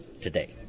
today